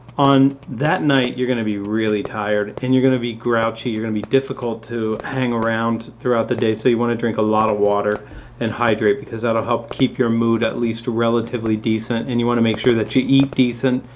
on that night, you're going to be really tired and you're going to be grouchy, you're going to be difficult to hang around throughout the day, so you want to drink a lot of water and hydrate because that'll help keep your mood at least relatively decent and you want to make sure that you eat decent.